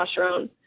testosterone